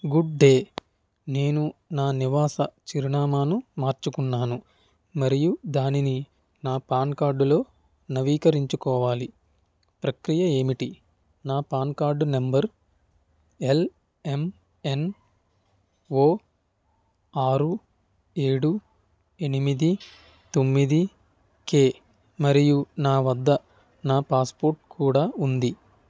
good day నేను నా నివాస చిరునామాను మార్చుకున్నాను మరియు దానిని నా పాన్ కార్డులో నవీకరించుకోవాలి ప్రక్రియ ఏమిటి నా పాన్ కార్డ్ నంబర్ ఎల్ఎమ్ఎన్ఓ ఆరు ఏడు ఎనిమిది తొమ్మిది కె మరియు నా వద్ద నా పాస్పోర్ట్ కూడా ఉంది